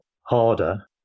harder